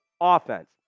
offense